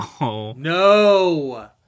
no